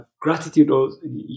gratitude